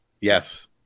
Yes